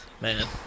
Man